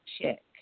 check